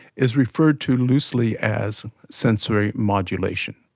is referred to loosely as sensory modulation.